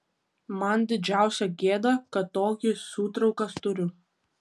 man didžiausia gėda kad tokį sūtrauką turiu